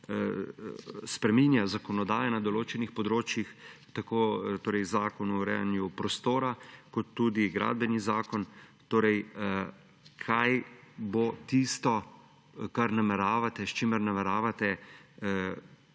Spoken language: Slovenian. spreminja zakonodaja na določenih področjih, tako Zakon o urejanju prostora kot tudi Gradbeni zakon? Kaj bo tisto, s čimer nameravate